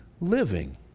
living